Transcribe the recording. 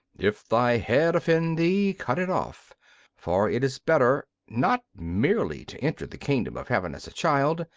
if thy head offend thee, cut it off for it is better, not merely to enter the kingdom of heaven as a child,